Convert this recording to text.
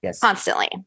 constantly